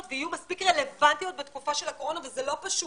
ויהיו מספיק רלוונטיות בתקופה של הקורונה וזה לא פשוט.